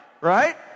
Right